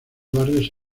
barrios